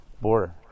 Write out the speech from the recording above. border